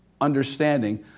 understanding